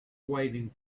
waiting